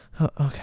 Okay